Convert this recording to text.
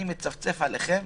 אני מצפצף עליכם.